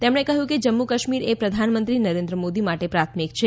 તેમણે કહ્યું કે જમ્મુ કાશ્મીર એ પ્રધાનમંત્રી નરેન્દ્ર મોદી માટે પ્રાથમિક છે